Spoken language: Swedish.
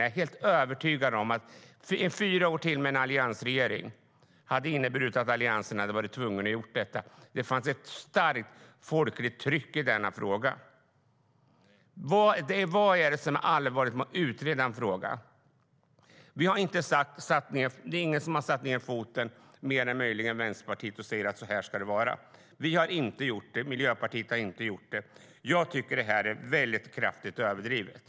Jag är helt övertygad om att fyra år till med en alliansregering hade inneburit att Alliansen hade varit tvungen att göra detta. Det fanns ett stark folkligt tryck i denna fråga. Jag tycker att detta är kraftigt överdrivet.